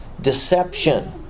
deception